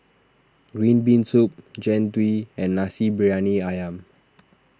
Green Bean Soup Jian Dui and Nasi Briyani Ayam